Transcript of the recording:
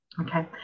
Okay